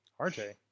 RJ